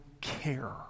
care